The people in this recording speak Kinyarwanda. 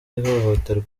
ihohoterwa